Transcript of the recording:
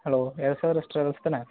hello SRS travels தானே